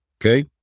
okay